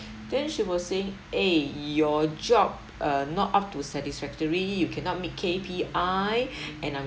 then she will say eh your job uh not up to satisfactory you cannot meet K_P_I and I